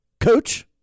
Coach